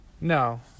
No